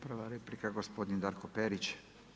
Prva replika gospodin Darko Perić.